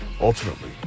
Ultimately